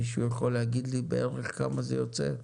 מישהו יכול להגיד לי בערך כמה זה יוצא?